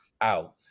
out